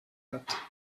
hat